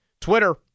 Twitter